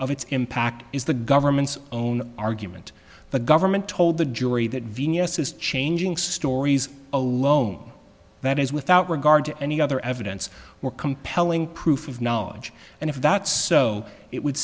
of its impact is the government's own argument the government told the jury that venus is changing stories alone that is without regard to any other evidence or compelling proof of knowledge and if that's so it would